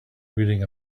reading